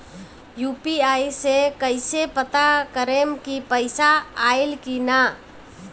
UPI से कईसे पता करेम की पैसा आइल की ना?